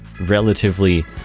relatively